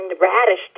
Radish